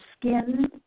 skin